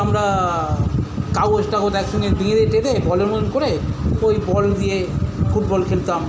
আমরা কাগজ টাগজ একসঙ্গে দিয়ে টেনে বলের মতন করে ওই বল দিয়ে ফুটবল খেলতাম